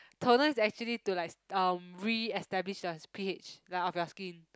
toner is actually to like um reestablish yours p_h like of your skin